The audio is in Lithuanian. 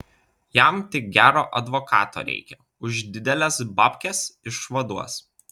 jam tik gero advokato reikia už dideles babkes išvaduos